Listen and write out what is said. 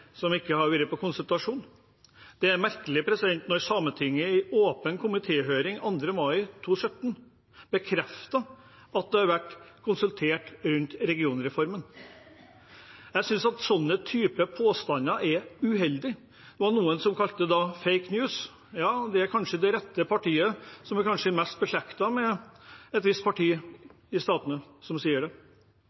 som ikke skal ha vært konsultert. Det er merkelig – når Sametinget i åpen komitéhøring 2. mai 2017 bekreftet at det har vært konsultert om regionreformen. Jeg synes at den type påstander er uheldig. Det var noen som kalte det «fake news». Ja, det er det partiet som kanskje er mest beslektet med et visst parti i statene, som sier det.